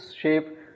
shape